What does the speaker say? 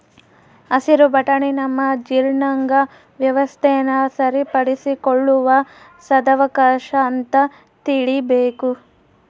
ಹಸಿರು ಬಟಾಣಿ ನಮ್ಮ ಜೀರ್ಣಾಂಗ ವ್ಯವಸ್ಥೆನ ಸರಿಪಡಿಸಿಕೊಳ್ಳುವ ಸದಾವಕಾಶ ಅಂತ ತಿಳೀಬೇಕು